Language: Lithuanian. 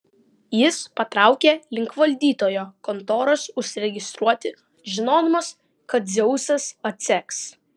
jis patraukė link valdytojo kontoros užsiregistruoti žinodamas kad dzeusas atseks